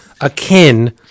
akin